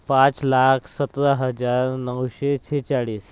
पाच लाख सतरा हजार नऊशे शेहेचाळीस